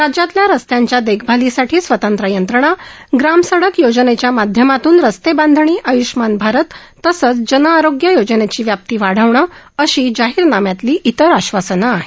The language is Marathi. राज्यातल्या रस्त्यांच्या देखभालीसाठी स्वतंत्र यंत्रणा ग्रामसडक योजनेच्या माध्यमातून रस्ते बांधणी आय्ष्मान भारत तसंच जनआरोग्य योजनेची व्याप्ती वाढवणं अशी जाहीरनाम्यातली इतर आश्वासनं आहेत